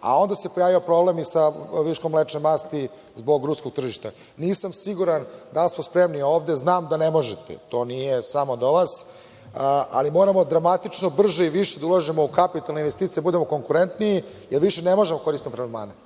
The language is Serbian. a onda se pojavio problem i sa viškom mlečne masti zbog ruskog tržišta. Nisam siguran, danas smo spremni ovde, znam da ne možete, nije to samo do vas, ali moramo dramatično brže i više da ulažemo u kapitalne investicije, da budemo konkurentni, jer više ne možemo da koristimo prelevmane,